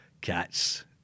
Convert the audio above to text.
Cats